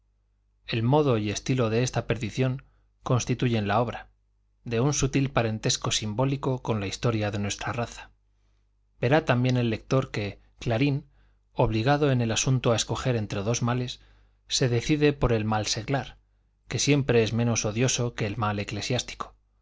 el modo y estilo de esta perdición constituyen la obra de un sutil parentesco simbólico con la historia de nuestra raza verá también el lector que clarín obligado en el asunto a escoger entre dos males se decide por el mal seglar que siempre es menos odioso que el mal eclesiástico